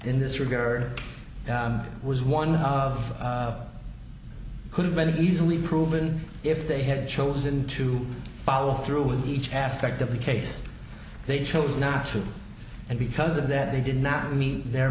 in this regard was one of could have been easily proven if they had chosen to follow through with each aspect of the case they chose not to and because of that they did not meet their